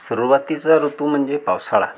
सुरुवातीचा ऋतू म्हणजे पावसाळा